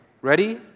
Ready